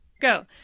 Go